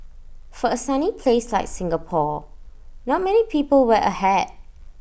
for A sunny place like Singapore not many people wear A hat